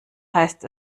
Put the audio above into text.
heißt